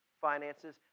finances